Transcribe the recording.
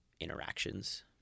interactions